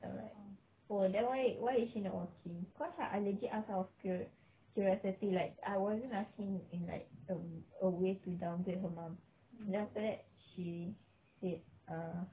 then I'm like oh then why why is she not working because I legit ask ah out of curiosity like I wasn't asking in like a way to downgrade her mum then after that she said ah